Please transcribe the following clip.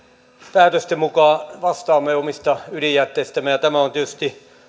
päätösten mukaan vastaamme omista ydinjätteistämme ja tämä on tietysti